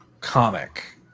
comic